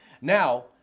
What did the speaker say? Now